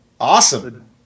Awesome